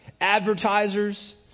advertisers